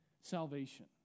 salvation